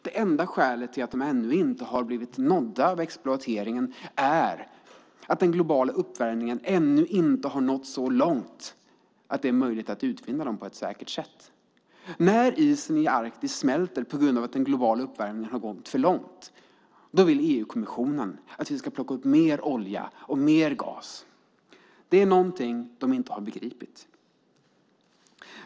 Det enda skälet till att resurserna ännu inte har nåtts av exploateringen är att den globala uppvärmningen hittills inte har nått så långt att det är möjligt att utvinna dem på ett säkert sätt. När isen i Arktis smälter på grund av att den globala uppvärmningen har gått för långt vill EU-kommissionen att vi ska plocka upp mer olja och mer gas. Det är någonting de inte har begripit.